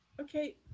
Okay